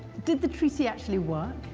did the treaty actually work?